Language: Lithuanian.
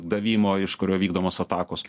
davimo iš kurio vykdomos atakos